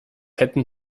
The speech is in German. hätten